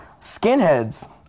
skinheads